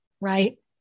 right